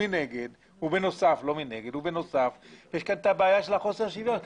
בנוסף, יש הבעיה של חוסר השוויון.